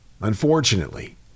Unfortunately